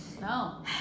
no